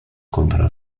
contra